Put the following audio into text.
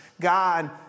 God